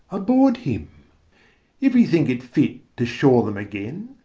aboard him if he think it fit to shore them again,